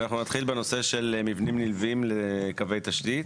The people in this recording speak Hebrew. אנחנו נתחיל בנושא של מבנים נלווים לקווי תשתית